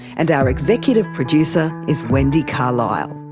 and our executive producer is wendy carlisle.